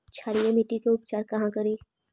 क्षारीय मिट्टी के उपचार कहा करी?